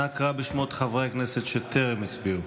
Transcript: אנא קרא בשמות חברי הכנסת שטרם הצביעו.